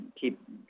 Keep